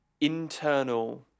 internal